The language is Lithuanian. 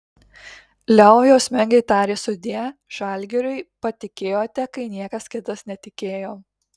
leo jausmingai tarė sudie žalgiriui patikėjote kai niekas kitas netikėjo